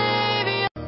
Savior